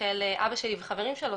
וחברים שלו,